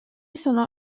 sono